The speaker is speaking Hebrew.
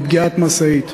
מפגיעת משאית.